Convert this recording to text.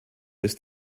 ist